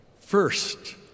First